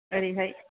ओरैहाय